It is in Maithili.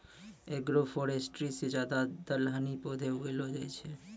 एग्रोफोरेस्ट्री से ज्यादा दलहनी पौधे उगैलो जाय छै